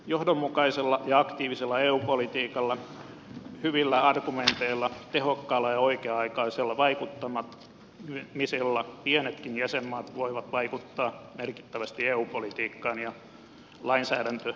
johdonmukaisella ja aktiivisella eu politiikalla hyvillä argumenteilla tehokkaalla ja oikea aikaisella vaikuttamisella pienetkin jäsenmaat voivat vaikuttaa merkittävästi eu politiikkaan ja lainsäädäntöhankkeisiin